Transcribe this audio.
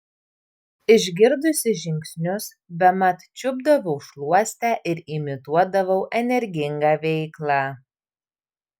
išgirdusi žingsnius bemat čiupdavau šluostę ir imituodavau energingą veiklą